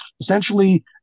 Essentially